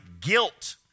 guilt